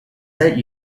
that